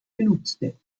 benutzte